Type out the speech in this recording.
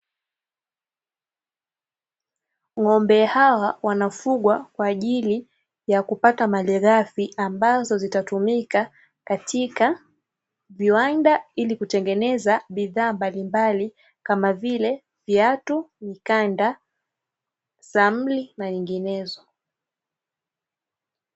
Ng'ombe hawa wanafugwa kwa ajili ya kupata malighafi, ambazo zitatumika katika viwanda ili kutengeneza bidhaa mbalimbali kama vile, viatu, mkanda, samli na nyinginezo.